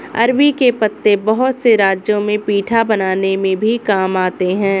अरबी के पत्ते बहुत से राज्यों में पीठा बनाने में भी काम आते हैं